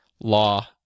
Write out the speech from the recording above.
law